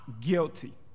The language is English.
guilty